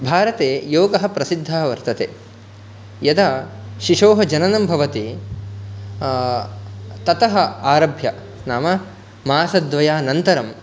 भारते योगः प्रसिद्धः वर्तते यदा शिशोः जननं भवति ततः आरभ्यः नाम मासद्वयानन्तरं